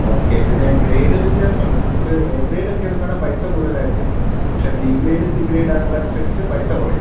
okay ഇതിന് grade വ്യത്യാസം ഉണ്ട് നമുക്ക് എ ഗ്രേഡ് ഒക്കെ എടുക്കുവാണെങ്കിൽ പൈസ കൂടുതലായിരിക്കും പക്ഷേ ബി ഗ്രേഡ് സി ഗ്രേഡ് ആണത് അനുസരിച്ച് പൈസ കുറയും